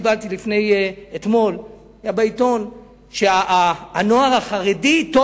אתמול היה בעיתון שהנוער החרדי טוב